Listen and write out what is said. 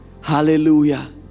Hallelujah